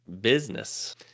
business